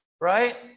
right